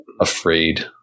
afraid